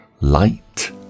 light